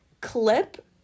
clip